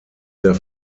der